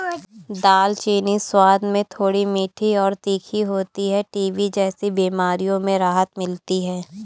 दालचीनी स्वाद में थोड़ी मीठी और तीखी होती है टीबी जैसी बीमारियों में राहत मिलती है